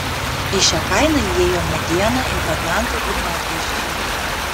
į šią kainą įėjo mediena impregnantai ir medvaržčiai